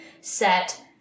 set